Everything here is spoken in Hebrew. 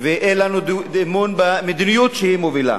ואין לנו אמון במדיניות שהיא מובילה.